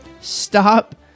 Stop